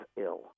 ill